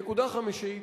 נקודה חמישית,